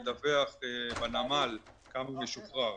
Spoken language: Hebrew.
אחר כך מדווח בנמל כמה משוחרר.